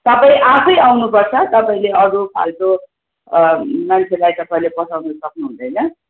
तपाईँ आफै आउनुपर्छ तपाईँले अरू फाल्टो मान्छेलाई तपाईँले पठाउनु सक्नुहुँदैन